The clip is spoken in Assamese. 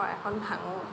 শৰাইখন ভাঙো